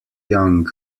young